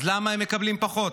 אז למה הם מקבלים פחות?